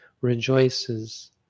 rejoices